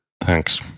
Thanks